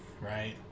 right